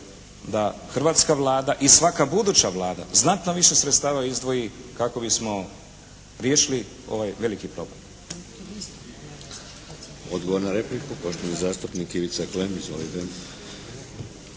da hrvatska Vlada i svaka buduća Vlada znatno više sredstava izdvoji kako bismo riješili ovaj veliki problem.